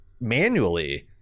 manually